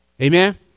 Amen